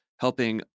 helping